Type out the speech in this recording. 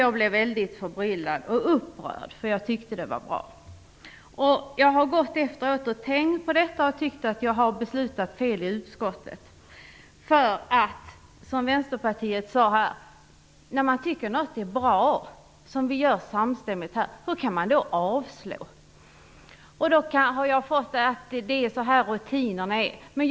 Jag blev mycket förbryllad och upprörd, eftersom jag tyckte att rapporten var bra. Efteråt har jag gått och tänkt på det här och tyckt att jag fattade fel beslut i utskottet. Vänsterpartiet undrade här över att man kan avslå något som vi samstämmigt tycker är bra. Jag har förstått att det är så här rutinerna ser ut.